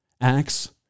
acts